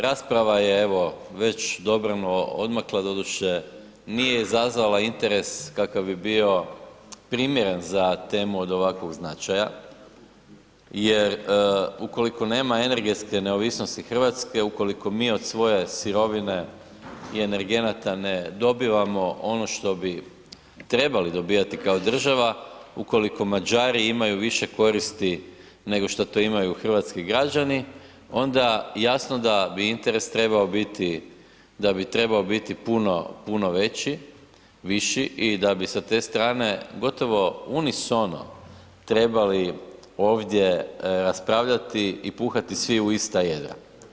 Rasprava je evo, već dobrano odmakla, doduše nije izazvala interes kakav bi bilo primjeren za temu od ovakvog značaja jer ukoliko nema energetske neovisnosti Hrvatske, ukoliko mi od svoje sirovine i energenata ne dobivamo ono što bi trebali dobivati kao država, ukoliko Mađari imaju više koristi nego što to imaju hrvatski građani, onda jasno da bi interes trebao biti, da bi trebao biti puno, puno veći, viši i da bi sa te strane gotovo unisono trebali ovdje raspravljati i puhati svi u ista jedra.